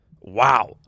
Wow